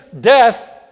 death